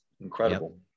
incredible